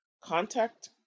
contact